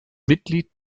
mitglied